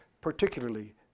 particularly